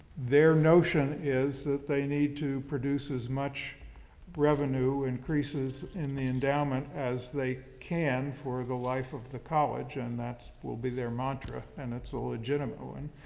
their notion is that they need to produce as much revenue increases and the endowment as they can for the life of the college. and that will be their mantra and it's a legitimate one.